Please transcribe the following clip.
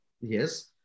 yes